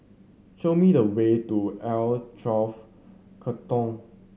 show me the way to L Twelve Katong